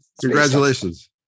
congratulations